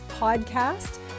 podcast